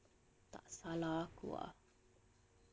tak salah aku ah